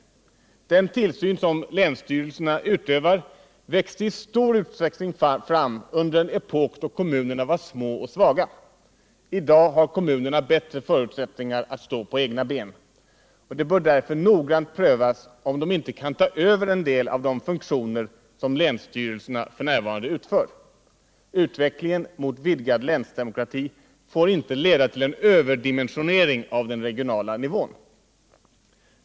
Den tillsyn som länsstyrelserna utövar växte i stor utsträckning fram under en epok då kommunerna var små och svaga. I dag har kommunerna bättre förutsättningar att stå på egna ben, och det bör därför noggrant prövas, om de inte kan ta över en del av de funktioner som länsstyrelserna f.n. har. Utvecklingen mot vidgad länsdemokrati får inte leda till en överdimensionering av den regionala nivån.